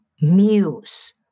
muse